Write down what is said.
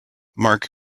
marc